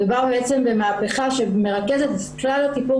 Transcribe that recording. מדובר בעצם במהפכה שמרכזת את כלל הטיפול